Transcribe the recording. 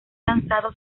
lanzado